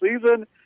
season